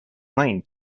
line